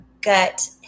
gut